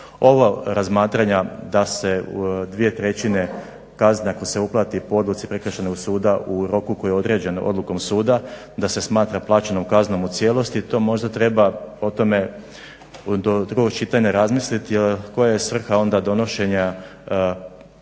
Ova razmatranja da se dvije trećine kazni ako se uplati po odluci Prekršajnog suda u roku koji je određen odlukom suda da se smatra plaćenom kaznom u cijelosti. To možda treba o tome do drugog čitanja razmisliti jer koja je svrha onda donošenja rješenja